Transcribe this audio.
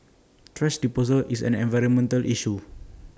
thrash disposal is an environmental issue